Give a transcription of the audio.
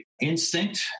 instinct